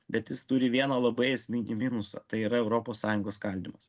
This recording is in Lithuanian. bet jis turi vieną labai esmigį minusą tai yra europos sąjungos skaldymas